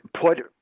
put